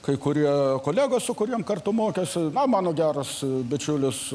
kai kurie kolegos su kuriem kartu mokiausi na mano geras bičiulis